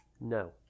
No